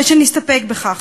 ושנסתפק בכך.